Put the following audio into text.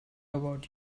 about